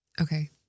Okay